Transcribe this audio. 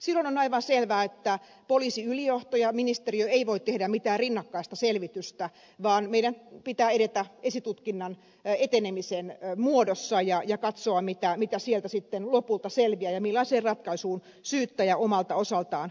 silloin on aivan selvä että poliisiylijohto ja ministeriö eivät voi tehdä mitään rinnakkaista selvitystä vaan meidän pitää edetä esitutkinnan etenemisen muodossa ja katsoa mitä sieltä sitten lopulta selviää ja millaiseen ratkaisuun syyttäjä omalta osaltaan päätyy